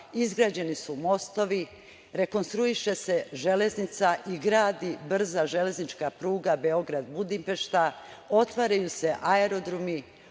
izgrađeni su mostovi, rekonstruiše se železnica i gradi brza železnička pruga Beograd-Budimpešta, otvaraju se aerodromi,